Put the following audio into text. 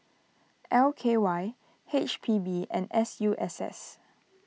L K Y H P B and S U S S